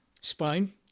spine